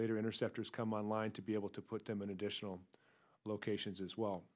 later interceptors come on line to be able to put them in additional locations as well